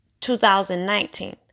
2019